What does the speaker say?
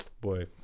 boy